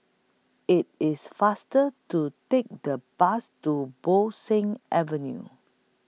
IT IS faster to Take The Bus to Bo Seng Avenue